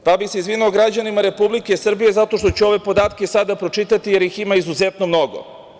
Izvinio bih se građanima Republike Srbije zato što ću ove podatke sada pročitati, jer ih ima izuzetno mnogo.